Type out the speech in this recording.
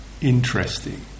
interesting